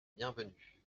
bienvenue